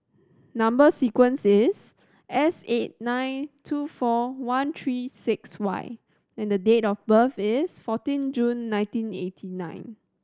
number sequence is S eight nine two four one three six Y and date of birth is fourteen June nineteen eighty nine